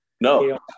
No